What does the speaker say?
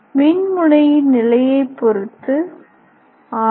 மின்முனையின் நிலையைப் பொறுத்து 6